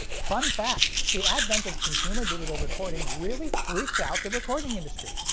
fun fact! the advent of consumer digital recording really freaked out the recording industry,